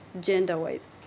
gender-wise